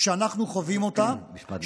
שאנחנו חווים אותה, משפט לסיום.